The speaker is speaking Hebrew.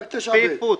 רק 9(ב).